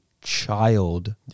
child